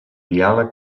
diàleg